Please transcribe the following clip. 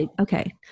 Okay